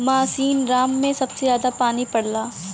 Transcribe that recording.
मासिनराम में सबसे जादा पानी पड़ला